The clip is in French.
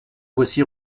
voici